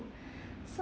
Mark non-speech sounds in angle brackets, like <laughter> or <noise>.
<breath> so